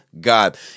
God